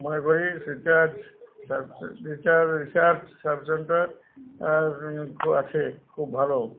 মনে করি recharge sub রচার্ রিচার্জ সাব সেন্টার খু আছে খুব ভালো